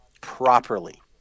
properly